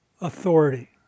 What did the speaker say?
authority